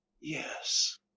Yes